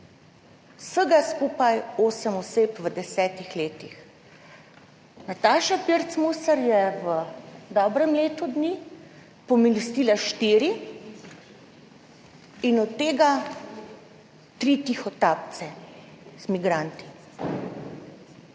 Vsega skupaj osem oseb v desetih letih. Nataša Pirc Musar je v dobrem letu dni pomilostila štiri in od tega tri tihotapce z migranti.